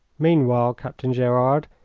meanwhile, captain gerard,